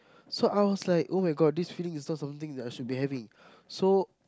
so I was like [oh]-my-god this feeling is not something that I should be having so